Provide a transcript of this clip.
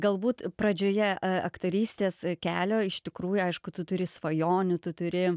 galbūt pradžioje aktorystės kelio iš tikrųjų aišku tu turi svajonių tu turi